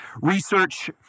Research